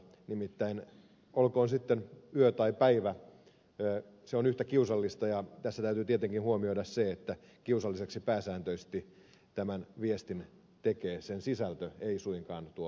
nimittäin olkoon sitten yö tai päivä se on yhtä kiusallista ja tässä täytyy tietenkin huomioida se että kiusalliseksi pääsääntöisesti tämän viestin tekee sen sisältö ei suinkaan tuo äänimerkki